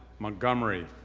montgomery,